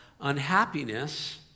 unhappiness